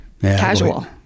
casual